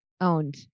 owned